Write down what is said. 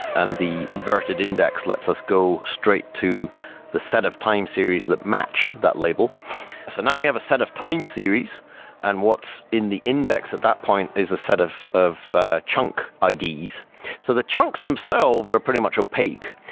and the inverted index lets us go straight to the set of time series that match that label so now we have a set of time series and what's in the index at that point is a set of the ah trunk ids. so the chunks themselves are pretty much opaque.